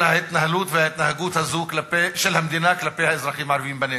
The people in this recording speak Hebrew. ההתנהלות וההתנהגות הזאת של המדינה כלפי האזרחים הערבים בנגב.